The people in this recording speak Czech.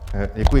Děkuji.